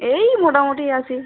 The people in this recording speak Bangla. এই মোটামুটি আছি